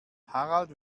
harald